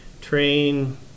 train